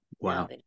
Wow